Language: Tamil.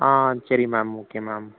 ஆ சரி மேம் ஓகே மேம்